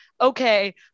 okay